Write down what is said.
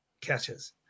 catches